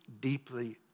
deeply